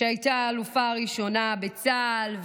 שהייתה האלופה הראשונה בצה"ל,